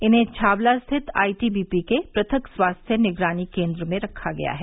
इन्हें छावला स्थित आईटीबीपी के पृथक स्वास्थ्य निगरानी केंद्र में रखा गया है